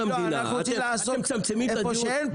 אתם מצמצמים את הדיון.